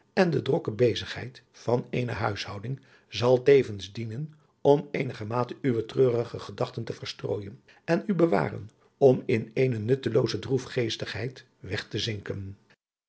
en de drokke bezigheid van eene huishouding zal tevens dienen om eenigermate uwe treurige gedachten te adriaan loosjes pzn het leven van hillegonda buisman verstrooijen en u bewaren om in eene nuttelooze droefgeestigheid weg te zinken